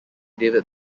david